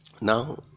Now